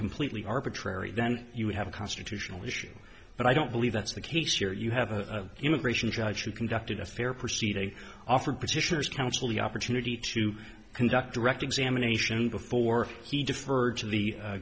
completely arbitrary then you have a constitutional issue but i don't believe that's the case here you have a immigration judge who conducted a fair proceeding offered petitioners counsel the opportunity to conduct direct examination before he deferred t